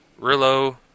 Rillo